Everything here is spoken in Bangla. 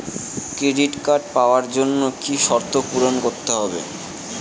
ক্রেডিট কার্ড পাওয়ার জন্য কি কি শর্ত পূরণ করতে হবে?